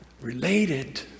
related